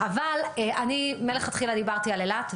אני מלכתחילה דיברתי על אילת,